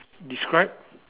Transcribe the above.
describe